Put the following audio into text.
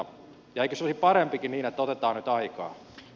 ehkä se oli parempikin niin että otetaan nyt aikaa